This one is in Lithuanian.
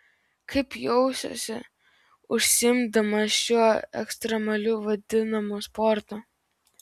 kaip jausiuosi užsiimdamas šiuo ekstremaliu vadinamu sportu